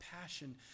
passion